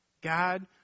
God